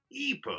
Epo